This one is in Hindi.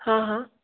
हाँ हाँ